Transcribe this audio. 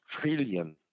trillion